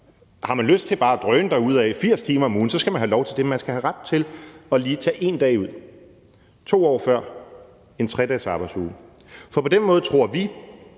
Har man lyst til bare at drøne derudad med 80 timer om ugen, skal man have lov til det, men man skal have ret til lige at tage en dag ud og til 2 år før at have en 3-dagesarbejdsuge. For på den måde tror vi